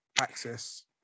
access